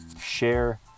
share